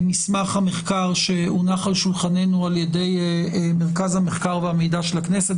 המחקר שהונח על שולחננו על ידי מרכז המחקר והמידע של הכנסת,